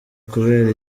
kubera